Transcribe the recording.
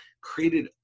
created